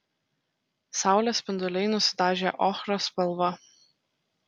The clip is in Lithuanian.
saulės spinduliai nusidažė ochros spalva